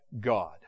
God